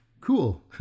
cool